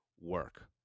work